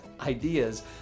ideas